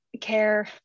care